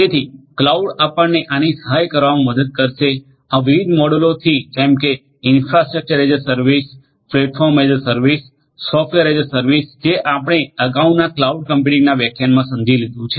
તેથી ક્લાઉડ આપણને આની સહાય કરવામાં મદદ કરશે આ વિવિધ મોડેલોથી જેમ કે infrastructure as a service platform as a service અને સોફ્ટવેર એઝ એ સર્વિસ જે આપણે અગાઉના ક્લાઉડ કમ્પ્યુટિંગના વ્યાખ્યાનમાં સમજી લીધું છે